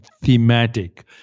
thematic